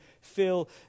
feel